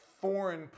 foreign